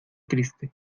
triste